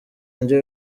indyo